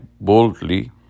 boldly